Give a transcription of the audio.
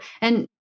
And-